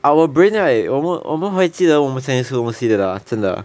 our brain right 我们我们会记得我们曾经的东西 lah 真的